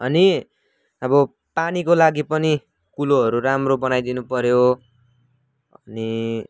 अनि अब पानीको लागि पनि कुलोहरू राम्रो बनाइदिनु पर्यो अनि